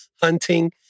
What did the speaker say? hunting